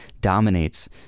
dominates